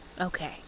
Okay